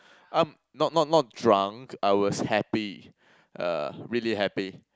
um not not not drunk I was happy uh really happy